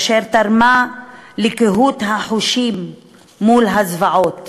אשר תרמה לקהות החושים מול הזוועות